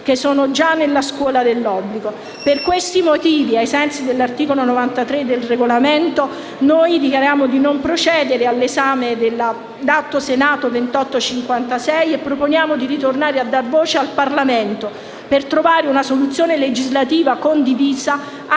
che sono già nella scuola dell'obbligo. Per questi motivi, ai sensi dell'articolo 93 del Regolamento, chiediamo di non procedere all'esame dell'Atto Senato 2856 e proponiamo di tornare a dar voce al Parlamento per trovare una soluzione legislativa condivisa anche